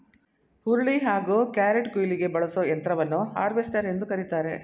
ಹುರುಳಿ ಹಾಗೂ ಕ್ಯಾರೆಟ್ಕುಯ್ಲಿಗೆ ಬಳಸೋ ಯಂತ್ರವನ್ನು ಹಾರ್ವೆಸ್ಟರ್ ಎಂದು ಕರಿತಾರೆ